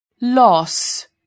Loss